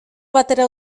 batera